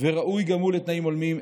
וראוי גם הוא לתנאים הולמים.